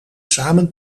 samen